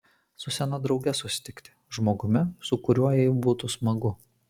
su sena drauge susitikti žmogumi su kuriuo jai būtų smagu